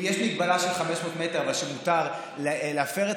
אם יש לי הגבלה של 500 מטר אבל מותר להפר את